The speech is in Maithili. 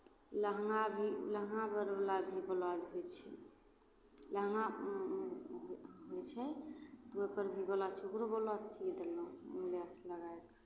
लहँगा भी लहँगापर वला भी ब्लाउज होइ छै लहँगा होइ छै तऽ ओहिपर भी ब्लाउज छै ओकरो ब्लाउज सी देलहुँ लैस लगाय कऽ